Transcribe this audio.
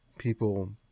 people